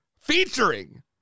featuring